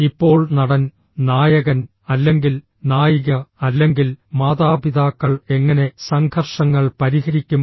ഇപ്പോൾ നടൻ നായകൻ അല്ലെങ്കിൽ നായിക അല്ലെങ്കിൽ മാതാപിതാക്കൾ എങ്ങനെ സംഘർഷങ്ങൾ പരിഹരിക്കും